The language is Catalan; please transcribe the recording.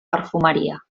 perfumeria